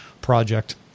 project